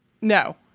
No